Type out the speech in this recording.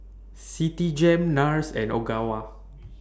Citigem Nars and Ogawa